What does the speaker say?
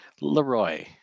Leroy